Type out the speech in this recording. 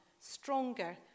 stronger